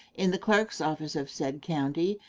in the clerk's office of said county,